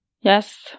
Yes